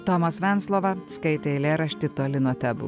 tomas venclova skaitė eilėraštį toli nuo tebų